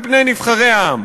מפני נבחרי העם.